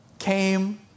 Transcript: Came